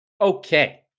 Okay